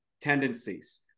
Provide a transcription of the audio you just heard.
tendencies